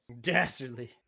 Dastardly